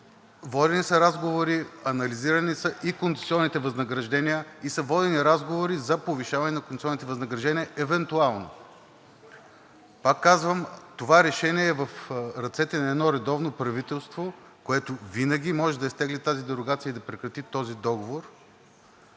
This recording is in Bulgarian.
Водени са разговори, анализирани са и концесионните възнаграждения и са водени разговори за повишаване на концесионните възнаграждения евентуално. Пак казвам, това решение е в ръцете на едно редовно правителство, което винаги може да изтегли тази дерогация и да прекрати този договор,